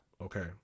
okay